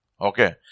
Okay